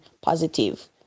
positive